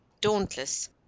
dauntless